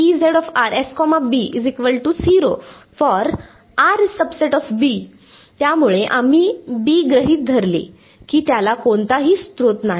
for त्यामुळेआम्ही B गृहित धरले की त्याला कोणताही स्रोत नाही